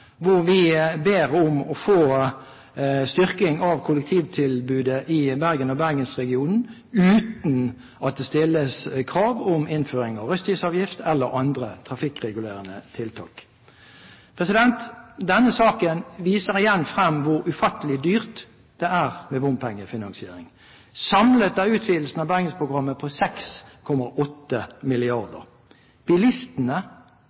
hvor vi ber om å få en styrking av kollektivtilbudet i Bergen og bergensregionen uten at det stilles krav om innføring av rushtidsavgift eller andre trafikkregulerende tiltak. Denne saken fremviser igjen hvor ufattelig dyrt det er med bompengefinansiering. Samlet er utvidelsen av Bergensprogrammet på 6,8